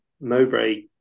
Mowbray